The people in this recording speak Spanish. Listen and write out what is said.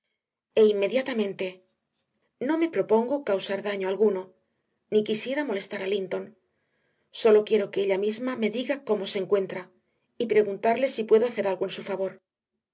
ello e inmediatamente no me propongo causar daño alguno ni siquiera molestar a linton sólo quiero que ella misma me diga cómo se encuentra y preguntarle si puedo hacer algo en su favor